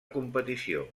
competició